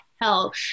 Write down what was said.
hell